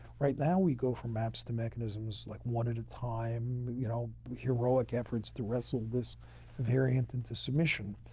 right now, we go from maps to mechanisms like, one at a time. you know, heroic efforts to wrestle this variant into submission.